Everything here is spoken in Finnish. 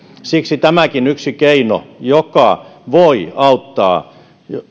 siksi tämäkin yksi keino joka voi auttaa